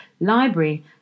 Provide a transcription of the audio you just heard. library